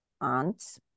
aunt